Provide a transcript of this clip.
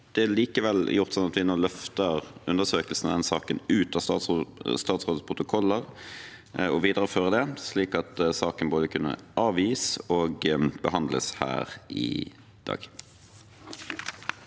Det er likevel gjort sånn at vi nå løfter undersøkelsen av den saken ut av statsrådets protokoller og viderefører det, slik at denne innstillingen kunne avgis og saken behandles her i dag.